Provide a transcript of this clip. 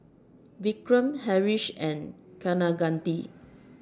Vikram Haresh and Kaneganti